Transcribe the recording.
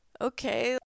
okay